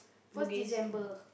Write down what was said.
first December